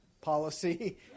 policy